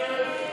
ג'מאל זחאלקה,